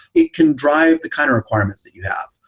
it can drive the kind of requirements that you have.